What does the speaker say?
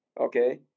okay